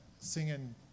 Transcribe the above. singing